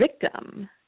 victim